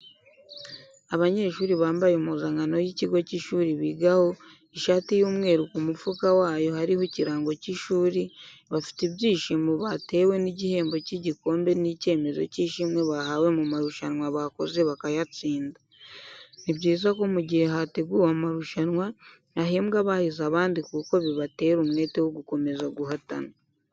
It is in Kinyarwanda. Abanyeshuri bambaye impuzankano y'ikigo cy'ishuri bigaho ishati y'umweru ku mufuka wayo hariho ikirango cy'ishuri, bafite ibyishimo batewe n'igihembo cy'igikombe n'icyemezo cy'ishimwe bahawe mu marushanwa bakoze bakayatsinda. Ni byiza ko mu gihe hateguwe amarushanwa hahembwa abahize abandi kuko bibatera n'umwete wo gukomeza guhatana.